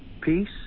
peace